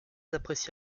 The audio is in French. apprécié